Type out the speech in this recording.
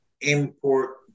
import